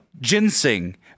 ginseng